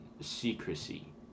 secrecy